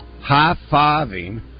high-fiving